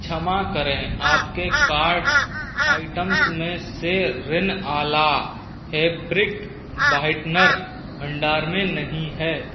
क्षमा करें आपके कार्ट आइटम्स में से रिन आला फ़ैब्रिक ब्हाईटनर भंडार में नहीं है